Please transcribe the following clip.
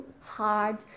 hard